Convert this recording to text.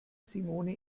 simone